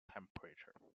temperature